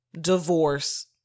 divorce